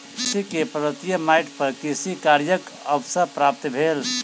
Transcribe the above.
कृषक के पर्वतीय माइट पर कृषि कार्यक अवसर प्राप्त भेल